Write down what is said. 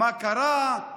מה קרה,